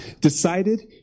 decided